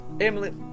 Emily